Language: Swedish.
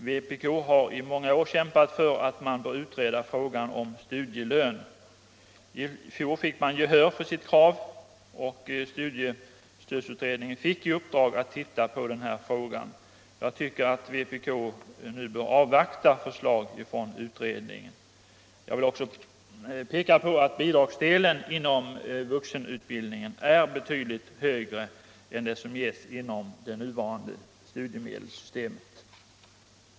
Vpk har i många år kämpat för utredning av frågan om studielön. I fjol vann man gehör för sitt krav, och studiestödsutredningen fick i uppdrag att titta på den här frågan. Jag tycker att vpk nu bör avvakta förslag från utredningen. Jag vill också peka på att bidragsdelen inom vuxenutbildningen är betydligt högre än det som ges inom det nuvarande studiemedelssystemet.